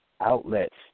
outlets